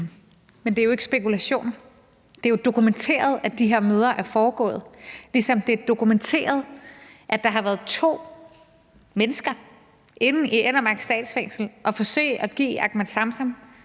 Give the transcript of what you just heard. Men det er jo ikke spekulationer. Det er jo dokumenteret, at de her møder er foregået, ligesom det er dokumenteret, at der har været to mennesker inde i Enner Mark Fængsel, som har forsøgt at give Ahmed Samsam